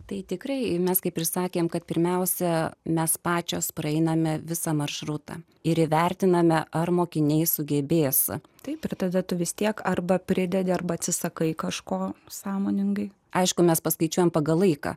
tai tikrai mes kaip ir sakėm kad pirmiausia mes pačios praeiname visą maršrutą ir įvertiname ar mokiniai sugebės taip ir tada tuvis tiek arba pridedi arba atsisakai kažko sąmoningai aišku mes paskaičiuojame pagal laiką